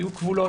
היו כבולות.